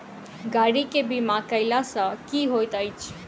गाड़ी केँ बीमा कैला सँ की होइत अछि?